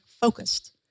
focused